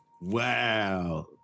Wow